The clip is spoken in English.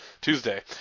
Tuesday